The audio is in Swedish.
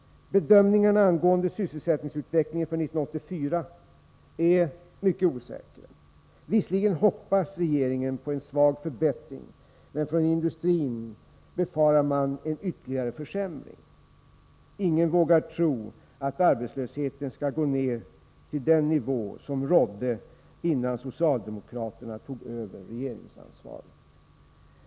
Bedömningarna angående sysselsättningsutvecklingen för 1984 är mycket osäkra. Visserligen hoppas regeringen på en svag förbättring, men från industrins håll befarar man en ytterligare försämring. Ingen vågar tro att arbetslösheten skall gå ned till den nivå som rådde innan socialdemokraterna tog över regeringsansvaret.